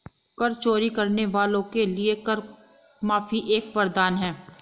कर चोरी करने वालों के लिए कर माफी एक वरदान है